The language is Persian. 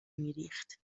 میریخت